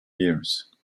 years